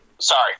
sorry